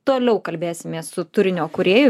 toliau kalbėsimės su turinio kūrėju